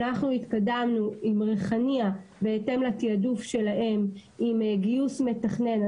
אנחנו התקדמנו עם ריחאניה בהתאם לתעדוף שלהם עם גיוס מתכנן.